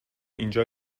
اینجا